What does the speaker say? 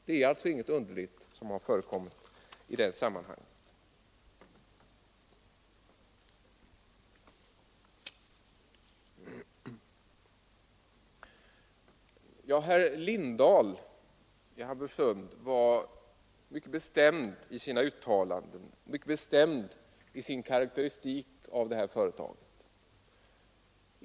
Det är alltså ingenting underligt som förekommit i det här sammanhanget. Herr Lindahl i Hamburgsund var mycket bestämd i sin karakteristik av det här företaget.